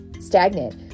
stagnant